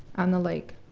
on the lake.